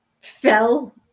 fell